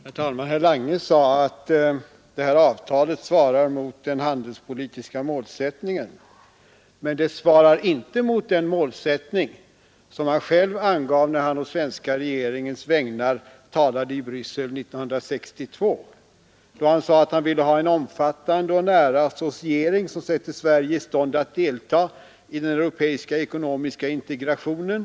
Herr talman! Herr Lange sade att det här avtalet svarar mot den handelspolitiska målsättningen. Men det svarar inte mot den målsättning som han själv angav, när han på svenska regeringens vägnar talade i Bryssel 1962. Då sade han att han ville ha en omfattande och associering som satte Sverige i stånd att delta i den europeiska ekonomiska integrationen.